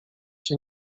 się